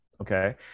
Okay